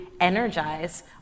energize